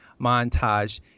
montage